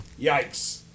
Yikes